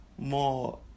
more